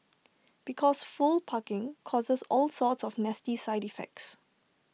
because full parking causes all sorts of nasty side effects